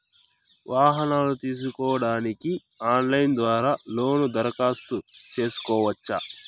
వాహనాలు తీసుకోడానికి ఆన్లైన్ ద్వారా లోను దరఖాస్తు సేసుకోవచ్చా?